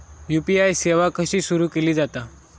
UPI सेवा कशी सुरू केली जाता?